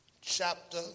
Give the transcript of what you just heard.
chapter